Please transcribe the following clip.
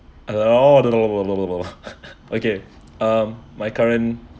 okay um my current